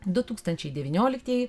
du tūkstančiai devynioliktieji